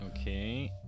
Okay